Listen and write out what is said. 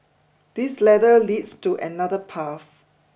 this ladder leads to another path